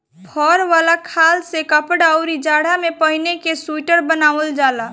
फर वाला खाल से कपड़ा, अउरी जाड़ा में पहिने के सुईटर बनावल जाला